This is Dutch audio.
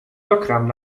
dakraam